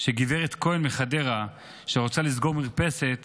שגברת כהן מחדרה שרוצה לסגור מרפסת